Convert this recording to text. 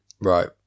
right